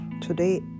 Today